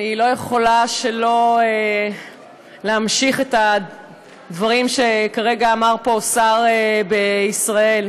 אני לא יכולה שלא להמשיך את הדברים שכרגע אמר פה שר בישראל.